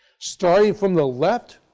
starting from the left